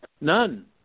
None